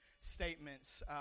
statements